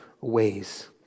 ways